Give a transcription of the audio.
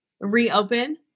reopen